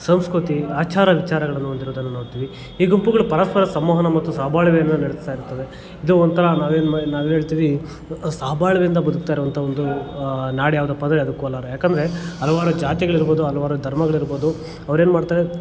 ಸಂಸ್ಕೃತಿ ಆಚಾರ ವಿಚಾರಗಳನ್ನು ಹೊಂದಿರುವುದನ್ನು ನೋಡ್ತೀವಿ ಈ ಗುಂಪುಗಳು ಪರಸ್ಪರ ಸಂವಹನ ಮತ್ತು ಸಹಬಾಳ್ವೆಯನ್ನು ನಡೆಸ್ತಾಯಿರ್ತವೆ ಇದು ಒಂಥರ ನಾವೇನು ನಾವೇನೇಳ್ತೀವಿ ಸಹಬಾಳ್ವೆಯಿಂದ ಬದುಕ್ತಾಯಿರೋವಂಥ ಒಂದು ನಾಡು ಯಾವುದಪ್ಪಾ ಅಂದರೆ ಅದು ಕೋಲಾರ ಯಾಕಂದರೆ ಹಲವಾರು ಜಾತಿಗಳಿರ್ಬೋದು ಹಲವಾರು ಧರ್ಮಗಳಿರ್ಬೋದು ಅವರೇನ್ಮಾಡ್ತಾರೆ